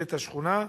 מינהלת השכונה?